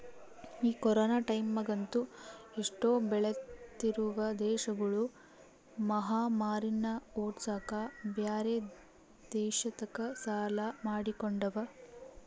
ಈ ಕೊರೊನ ಟೈಮ್ಯಗಂತೂ ಎಷ್ಟೊ ಬೆಳಿತ್ತಿರುವ ದೇಶಗುಳು ಮಹಾಮಾರಿನ್ನ ಓಡ್ಸಕ ಬ್ಯೆರೆ ದೇಶತಕ ಸಾಲ ಮಾಡಿಕೊಂಡವ